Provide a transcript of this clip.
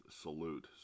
Salute